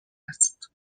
است